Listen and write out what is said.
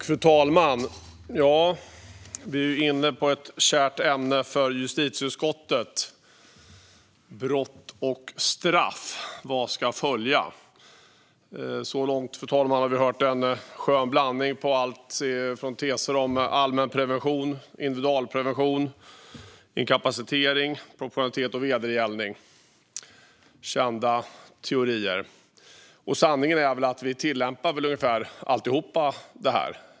Fru talman! Vi är inne på ett kärt ämne för justitieutskottet, nämligen brott och straff. Vad ska följa? Så här långt har vi, fru talman, hört en skön blandning av teser om allmänprevention, individualprevention, inkapacitering, proportionalitet och vedergällning. Det är kända teorier. Sanningen är att vi tillämpar allt detta.